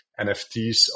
NFTs